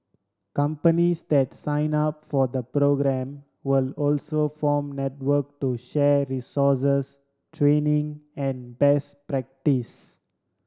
companies that sign up for the programme will also form network to share resources training and best practice